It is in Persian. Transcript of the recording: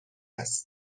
است